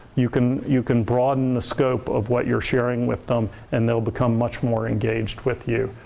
you can you can broaden the scope of what you're sharing with them and they'll become much more engaged with you.